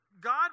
God